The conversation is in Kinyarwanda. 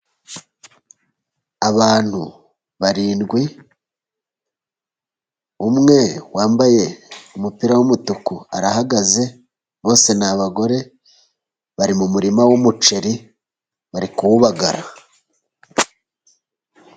Abantu barindwi umwe wambaye umupira w'umutuku arahagaze bose ni abagore bari mu murima w'umuceri bari kuwubagara.